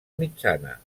mitjana